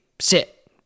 sit